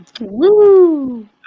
Woo